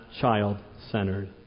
child-centered